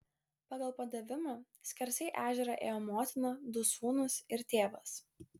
pagal padavimą skersai ežerą ėjo motina du sūnūs ir tėvas